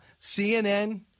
CNN